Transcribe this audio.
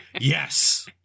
Yes